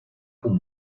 como